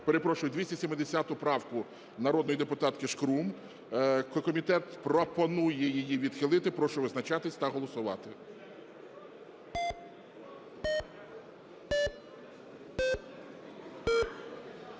перепрошую, 270 правку народної депутатки Шкрум. Комітет пропонує її відхилити. Прошу визначатись та голосувати.